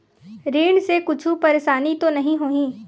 ऋण से कुछु परेशानी तो नहीं होही?